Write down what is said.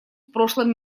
прошлом